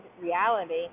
reality